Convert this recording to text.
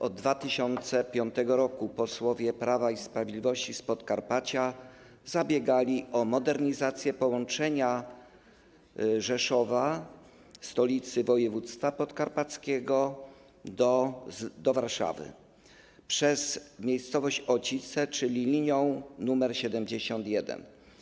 Od 2005 r. posłowie Prawa i Sprawiedliwości z Podkarpacia zabiegali o modernizację połączenia z Rzeszowa, stolicy województwa podkarpackiego, do Warszawy przez miejscowość Ocice, czyli linią nr 71.